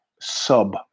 sub